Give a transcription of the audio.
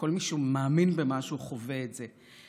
וכל מי שמאמין במשהו חווה את זה.